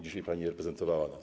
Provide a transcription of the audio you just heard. Dzisiaj pani reprezentowała nas.